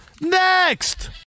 next